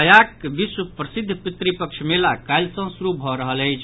गयाक विश्व प्रसिद्ध पितृपक्ष मेला काल्हि सॅ शुरू भऽ रहल अछि